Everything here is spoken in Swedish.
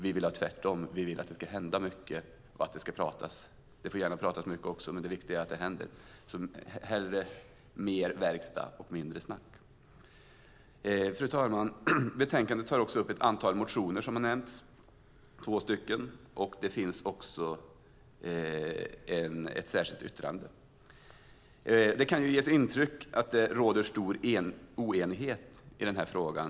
Vi vill att det ska hända mycket, så hellre mer verkstad och mindre snack. Fru talman! Betänkandet tar upp ett antal motioner, och det finns ett särskilt yttrande. Det kan verka som om det råder stor oenighet i den här frågan.